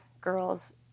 girls